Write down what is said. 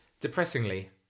Depressingly